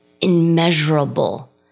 immeasurable